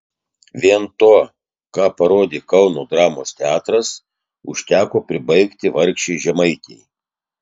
vien to ką parodė kauno dramos teatras užteko pribaigti vargšei žemaitei